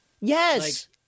Yes